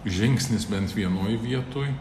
žingsnis bent vienoj vietoj